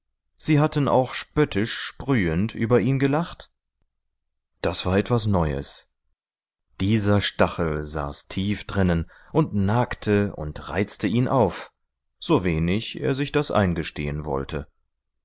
sie hatten auch spöttisch sprühend über ihn gelacht das war etwas neues dieser stachel saß tief drinnen und nagte und reizte ihn auf sowenig er sich das eingestehen wollte